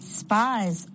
spies